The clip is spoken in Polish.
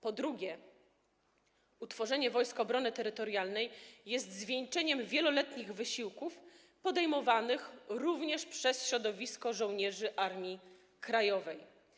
Po drugie, utworzenie Wojsk Obrony Terytorialnej jest zwieńczeniem wieloletnich wysiłków podejmowanych również przez środowisko żołnierzy Armii Krajowej.